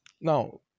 Now